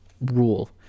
rule